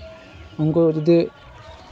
ᱩᱱᱠᱩ ᱡᱚᱫᱤ